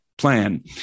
Plan